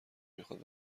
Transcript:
میخواد